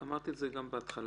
אמרתי את זה גם בהתחלה.